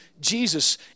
Jesus